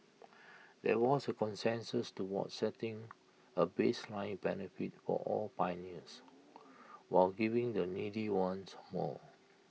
there was consensus towards setting A baseline benefit for all pioneers while giving the needy ones more